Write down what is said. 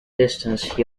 distance